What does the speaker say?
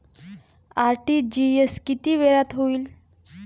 RTGS किती वेळात होईल?